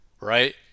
right